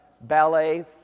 ...Ballet